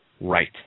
right